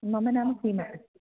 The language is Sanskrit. मम नाम सीमा अस्ति